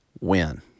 win